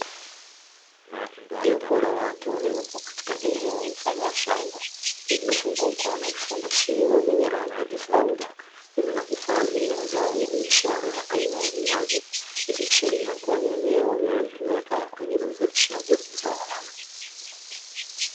Jopo la watu walioopo katika eneo mfano wa shamba, lililozungukwa na vifungashio vyenye rangi tofauti lililohifadhi mazao ya biashara aina ya viazi ikiashiria kuwa ni eneo linalotumika kwa ajili ya uzalishaji wa mazao hayo.